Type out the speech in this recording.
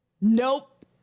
Nope